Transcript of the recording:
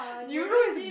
Neuro is